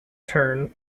turn